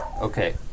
Okay